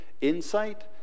insight